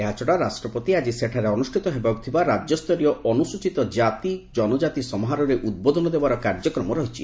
ଏହାଛଡା ରାଷ୍ଟ୍ରପତି ଆଜି ସେଠାରେ ଅନୁଷ୍ଠିତ ହେବାକୁ ଥିବା ରାଜ୍ୟସ୍ତରୀୟ ଅନୁସ୍ରଚିତ ଜାତି ଜନଜାତି ସମାରୋହରେ ଉଦ୍ବୋଧନ ଦେବାର କାର୍ଯ୍ୟକ୍ରମ ରହିଛି